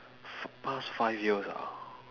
past five years ah